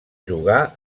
jugar